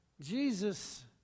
Jesus